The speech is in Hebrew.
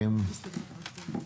תודה.